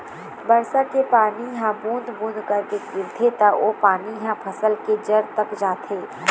बरसा के पानी ह बूंद बूंद करके गिरथे त ओ पानी ह फसल के जर तक जाथे